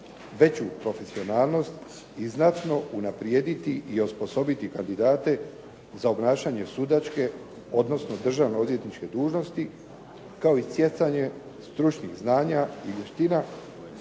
veću profesionalnost i znatno unaprijediti i osposobiti kandidate za obnašanje sudačke odnosno državno-odvjetničke dužnosti kao i stjecanje stručnih znanja i vještina